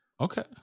Okay